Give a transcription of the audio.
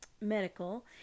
medical